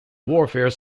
warfare